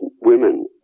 women